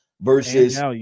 versus